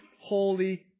holy